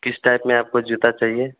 किस टाइप में आपको जूता चाहिए